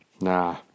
Nah